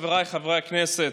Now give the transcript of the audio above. חבריי חברי הכנסת,